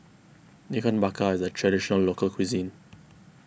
Ikan Bakar is a Traditional Local Cuisine